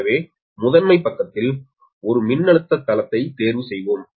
எனவே முதன்மை பக்கத்தில் ஒரு மின்னழுத்த தளத்தை தேர்வு செய்வோம்